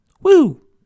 Woo